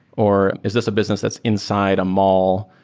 or is this a business that's inside a mall?